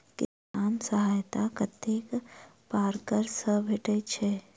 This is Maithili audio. किसान सहायता कतेक पारकर सऽ भेटय छै?